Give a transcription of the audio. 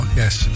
yes